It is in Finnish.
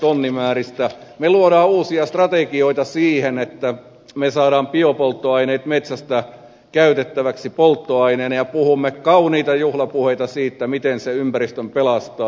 me luomme uusia strategioita sille että me saamme biopolttoaineet metsästä käytettäväksi polttoaineena ja puhumme kauniita juhlapuheita miten se ympäristön pelastaa